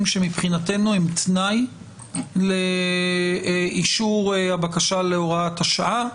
שמבחינתנו הם תנאי לאישור הבקשה להוראת השעה.